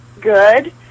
Good